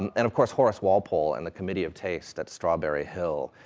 and and of course, horace walpole, and the committee of taste at strawberry hill.